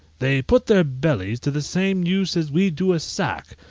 they put their bellies to the same use as we do sack,